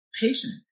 patient